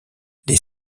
les